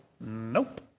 nope